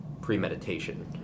premeditation